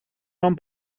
home